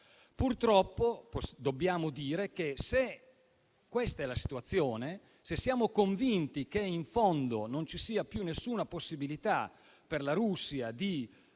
Purtroppo dobbiamo dire che, se questa è la situazione, se siamo convinti che in fondo non ci sia più alcuna possibilità per la Russia di